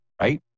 right